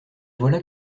voilà